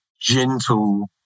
gentle